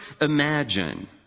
imagine